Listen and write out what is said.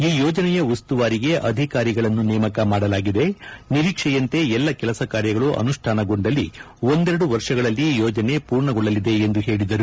ಈ ಯೋಜನೆಯ ಉಸ್ತುವಾರಿಗೆ ಅಧಿಕಾರಿಗಳನ್ನು ನೇಮಕ ಮಾಡಲಾಗಿದೆ ನಿರೀಕ್ಷೆಯಂತೆ ಎಲ್ಲ ಕೆಲಸ ಕಾರ್ಯಗಳು ಅನುಷ್ಠಾನಗೊಂಡಲ್ಲಿ ಒಂದೆರೆಡು ವರ್ಷಗಳಲ್ಲಿ ಯೋಜನೆ ಪೂರ್ಣಗೊಳ್ಳಲಿದೆ ಎಂದರು